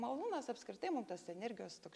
malūnas apskritai mum tas energijos toks š